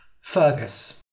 Fergus